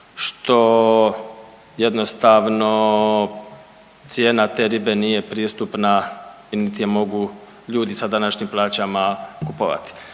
što jednostavno cijena te ribe nije pristupna nit je mogu ljudi sa današnjim plaćama kupovati.